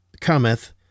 cometh